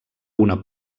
una